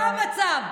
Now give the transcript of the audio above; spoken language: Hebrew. זה המצב.